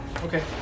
okay